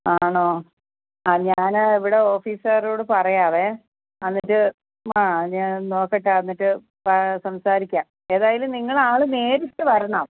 ആണോ ആ ഞാൻ ഇവിടെ ഓഫീസുകാരോട് പറയാമേ എന്നിട്ട് ആ ഞാൻ നോക്കട്ടെ എന്നിട്ട് സംസാരിക്കാം ഏതായാലും നിങ്ങൾ ആൾ നേരിട്ട് വരണം